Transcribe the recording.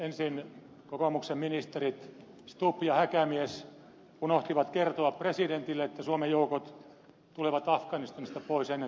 ensin kokoomuksen ministerit stubb ja häkämies unohtivat kertoa presidentille että suomen joukot tulevat afganistanista pois ennen toista kierrosta